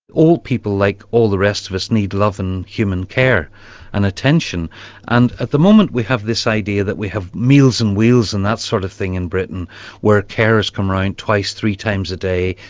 all people like all the rest of us need love and human care and attention and at the moment we have this idea that we have meals on wheels and that sort of thing in britain where carers come around twice, three times a day,